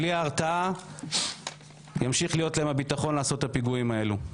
בלי ההרתעה ימשיך להיות להם הביטחון לעשות את הפיגועים האלה.